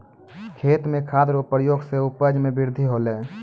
खेत मे खाद रो प्रयोग से उपज मे बृद्धि होलै